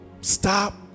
Stop